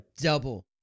double